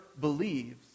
believes